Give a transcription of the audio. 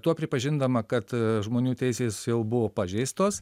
tuo pripažindama kad žmonių teisės buvo pažeistos